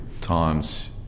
times